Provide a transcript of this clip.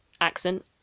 accent